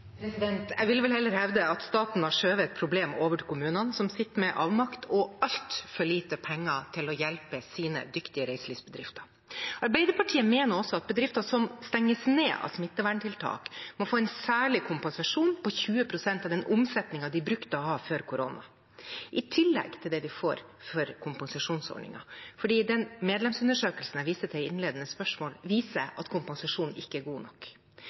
Jeg vil vel heller hevde at staten har skjøvet et problem over på kommunene, som sitter med avmakt og altfor lite penger til å hjelpe sine dyktige reiselivsbedrifter. Arbeiderpartiet mener også at bedrifter som stenges ned av smitteverntiltak, må få en særlig kompensasjon på 20 pst. av den omsetningen de brukte å ha før korona, i tillegg til det de får gjennom kompensasjonsordningen. Den medlemsundersøkelsen jeg viste til i innledende spørsmål, viser at kompensasjonen ikke er god nok.